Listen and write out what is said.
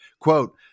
Quote